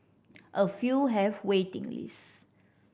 a few have waiting lists